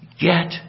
Get